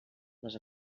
les